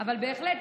אבל בהחלט,